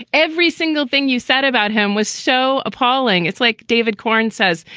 every single thing you said about him was so appalling. it's like david corn says,